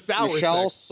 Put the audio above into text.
Michelle